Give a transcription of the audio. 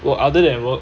work other than work